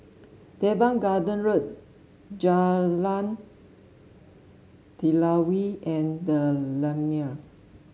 Teban Garden Road Jalan Telawi and the Lumiere